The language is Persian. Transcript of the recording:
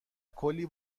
کلی